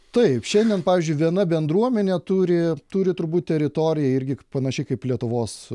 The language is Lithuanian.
taip šiandien pavyzdžiui viena bendruomenė turi turi turbūt teritoriją irgi panašiai kaip lietuvos